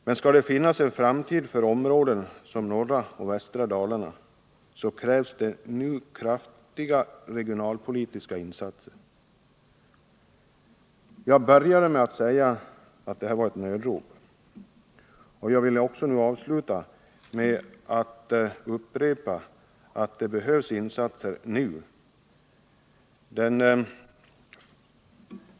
Men skall det finnas en framtid för områden som norra och västra Dalarna så krävs det nu kraftiga regionalpolitiska insatser. Jag började med att säga att detta var ett nödrop, och jag vill avsluta med att upprepa att det behövs insatser nu.